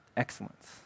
excellence